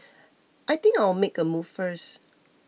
I think I'll make a move first